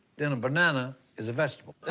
then a banana is a vegetable.